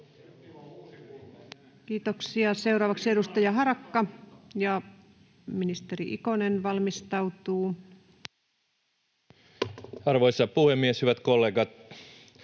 Kiitoksia. — Seuraavaksi edustaja Harakka, ja ministeri Ikonen valmistautuu. [Speech 157]